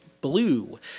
Blue